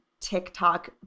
TikTok